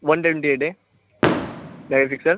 one twenty eight die pixel